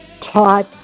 taught